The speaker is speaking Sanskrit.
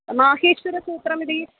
माहेश्वरसूत्रमिति